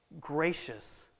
gracious